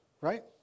right